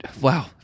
Wow